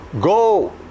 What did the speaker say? go